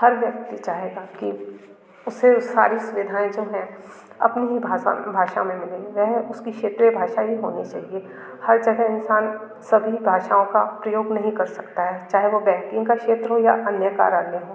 हर व्यक्ति चाहेगा कि उसे वो सारी सुविधाएं जो है अपनी ही भाषा में भाषा में होनी चाहिए वह उसकी क्षेत्रीय भाषा हि होनी चाहिए हर जगह इंसान सभी भाषाओं का प्रयोग नहीं कर सकता है चाहे वो बैंकिंग का क्षेत्र हो या अन्य कारण्य हो